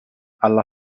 alla